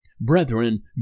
Brethren